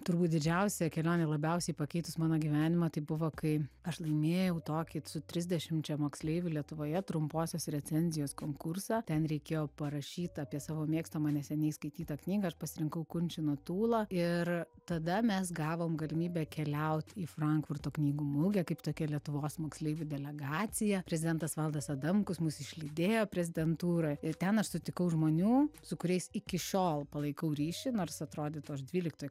turbūt didžiausia kelionė labiausiai pakeitus mano gyvenimą tai buvo kai aš laimėjau tokį su trisdešimčia moksleivių lietuvoje trumposios recenzijos konkursą ten reikėjo parašyt apie savo mėgstamą neseniai skaitytą knygą aš pasirinkau kunčino tūlą ir tada mes gavom galimybę keliaut į frankfurto knygų mugę kaip tokia lietuvos moksleivių delegacija prezidentas valdas adamkus mus išlydėjo prezidentūroj ir ten aš sutikau žmonių su kuriais iki šiol palaikau ryšį nors atrodytų aš dvyliktoj